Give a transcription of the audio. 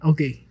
Okay